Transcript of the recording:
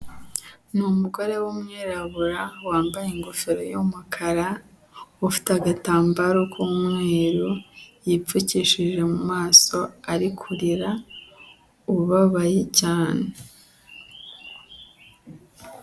Ni umugore w'umwirabura, wambaye ingofero y'umukara, ufite agatambaro k'umweru yipfukishije mu maso, ari kurira, ubabaye cyane.